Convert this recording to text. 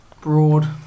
Broad